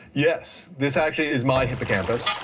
yes, this actually is my hippocampus.